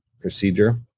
procedure